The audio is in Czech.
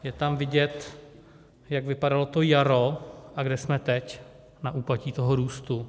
Je tam vidět, jak vypadalo to jaro a kde jsme teď na úpatí toho růstu.